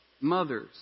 mothers